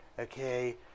okay